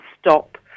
stop